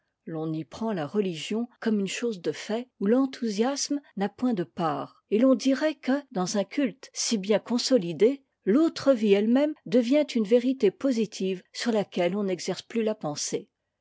l'on y prend la religion comme une chose de fait où l'enthousiasme n'a point de part et l'on dirait que dans un culte si bien consolidé l'autre vie elle-même devient une vérité positive sur laquelle on n'exerce plus la pensée